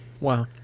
Wow